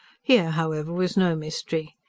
here however was no mystery.